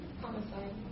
Homicide